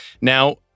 Now